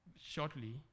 shortly